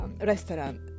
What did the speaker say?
Restaurant